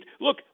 Look